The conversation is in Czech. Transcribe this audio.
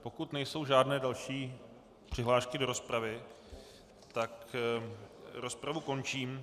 Pokud nejsou žádné další přihlášky do rozpravy, tak rozpravu končím.